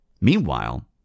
Meanwhile